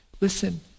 Listen